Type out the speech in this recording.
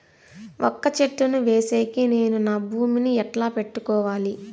వక్క చెట్టును వేసేకి నేను నా భూమి ని ఎట్లా పెట్టుకోవాలి?